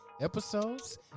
episodes